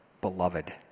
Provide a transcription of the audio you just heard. beloved